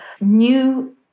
new